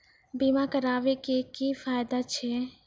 बीमा कराबै के की फायदा छै?